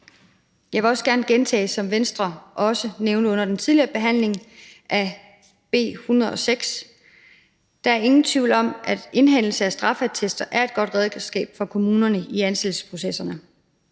Jeg vil gerne gentage det, som Venstres ordfører også nævnte under den tidligere behandling af B 106, nemlig at der ikke er nogen tvivl om, at indhentelse af straffeattester er et godt redskab for kommunerne i ansættelsesprocesserne.